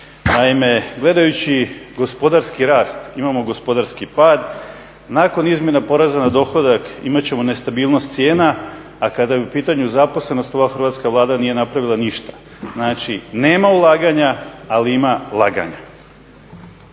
Naime, gledajući gospodarski rast imamo gospodarski pad, nakon izmjena poreza na dohodak imat ćemo nestabilnost cijena, a kada je u pitanju zaposlenost ova Hrvatska vlada nije napravila ništa. Znači, nema ulaganja, ali ima laganja.